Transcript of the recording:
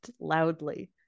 loudly